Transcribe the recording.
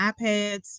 iPads